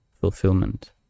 fulfillment